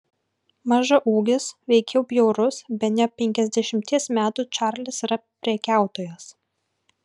mažaūgis veikiau bjaurus bene penkiasdešimties metų čarlis yra prekiautojas